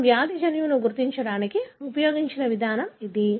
మనము వ్యాధి జన్యువును గుర్తించడానికి ఉపయోగించిన విధానం ఇది